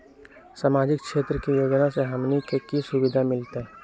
सामाजिक क्षेत्र के योजना से हमनी के की सुविधा मिलतै?